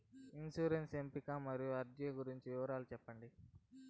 insurance ఎంపికలు మరియు అర్జీల గురించి వివరాలు సెప్పండి